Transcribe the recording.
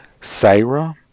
Sarah